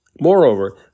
Moreover